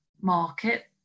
market